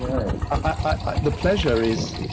i, the pleasure is,